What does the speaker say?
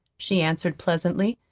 she answered pleasantly.